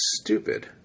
stupid